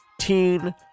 teen